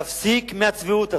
להפסיק עם הצביעות הזאת,